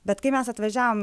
bet kai mes atvažiavom